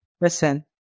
Listen